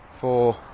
four